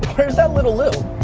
where's that little lou?